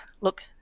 look